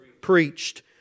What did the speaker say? Preached